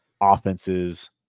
offenses